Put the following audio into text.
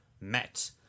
met